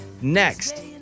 Next